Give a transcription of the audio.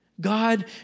God